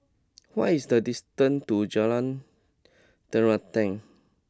what is the distance to Jalan Terentang